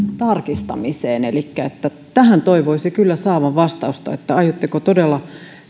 tarkistamiseen tähän toivoisi kyllä saavan vastausta että aiotteko todella